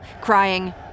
crying